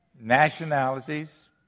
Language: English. nationalities